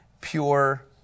pure